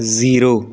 zero